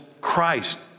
Christ